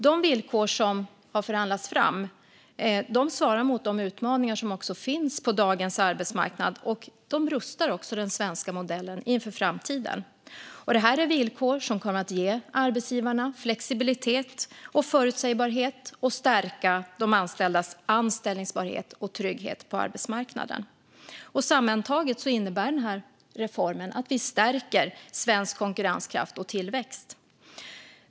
De villkor som har förhandlats fram svarar mot de utmaningar som finns på dagens arbetsmarknad. De rustar också den svenska modellen inför framtiden. Detta är villkor som kommer att ge arbetsgivarna flexibilitet och förutsägbarhet och stärka de anställdas anställbarhet och trygghet på arbetsmarknaden. Sammantaget innebär reformen att vi stärker svensk konkurrenskraft och tillväxt.